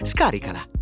Scaricala